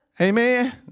Amen